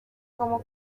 como